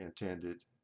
intended